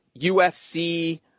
UFC